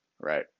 right